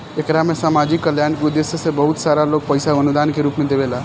एकरा में सामाजिक कल्याण के उद्देश्य से बहुत सारा लोग पईसा अनुदान के रूप में देवेला